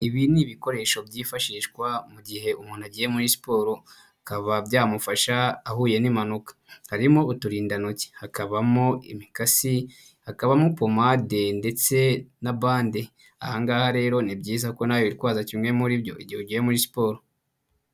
Ibi ni ibikoresho byifashishwa mu gihe umuntu agiye muri siporo, akaba byamufasha ahuye n'impanuka, harimo uturindantoki hakabamo imikasi, hakabamo pomade ndetse na bande, aha ngaha rero ni byiza ko nawe witwaza kimwe muri byo igihe ugiye muri siporo.